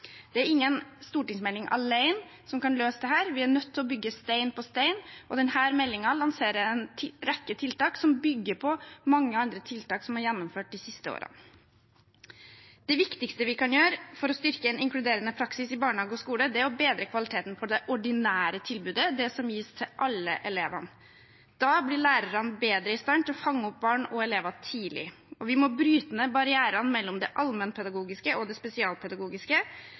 Det er ingen stortingsmelding alene som kan løse dette – vi er nødt til å bygge stein på stein, og denne meldingen lanserer en rekke tiltak som bygger på mange andre tiltak som er gjennomført de siste årene. Det viktigste vi kan gjøre for å styrke en inkluderende praksis i barnehage og skole, er å bedre kvaliteten på det ordinære tilbudet, det som gis til alle elevene. Da blir lærerne bedre i stand til å fange opp barn og elever tidlig. Vi må bryte ned barrierene mellom det allmennpedagogiske og det spesialpedagogiske.